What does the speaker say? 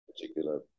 particular